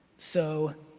so,